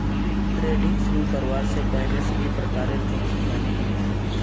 trading शुरू करवा स पहल सभी प्रकारेर जोखिम जाने लिबो